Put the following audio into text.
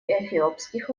эфиопских